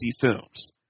films